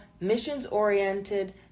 missions-oriented